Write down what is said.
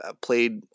played